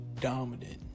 dominant